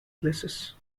places